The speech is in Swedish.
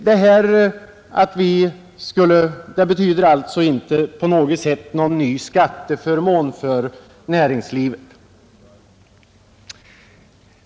Den föreslagna avsättningen innebär alltså inte någon ny skatteförmån för näringslivet.